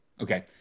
Okay